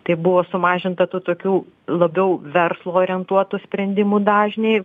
tai buvo sumažinta tų tokių labiau verslo orientuotų sprendimų dažniai